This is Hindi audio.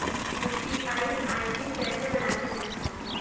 यू.पी.आई आई.डी कैसे बनाते हैं?